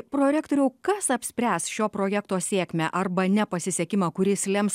prorektoriau kas apspręs šio projekto sėkmę arba nepasisekimą kuris lems